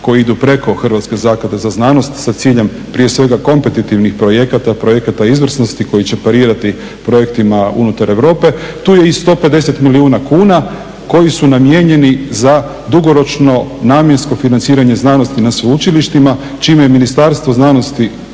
koji idu preko Hrvatske zaklade za znanost sa ciljem prije svega kompetitivnih projekata, projekata izvrsnosti koji će parirati projektima unutar Europe tu je i 150 milijuna kuna koji su namijenjeni za dugoročno namjensko financiranje znanosti na sveučilištima čime je Ministarstvo znanosti